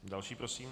Další prosím.